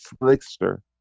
slickster